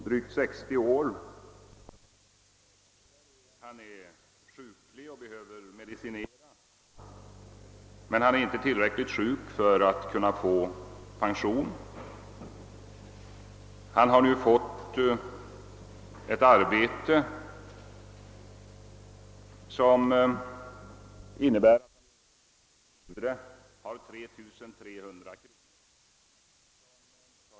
Han är sjuklig och behöver medicinera, men han är inte tillräckligt sjuk för att kunna få pension. Han har fått ett arbete som utöver fritt vivre ger honom 3 300 kronor om året i kontanter.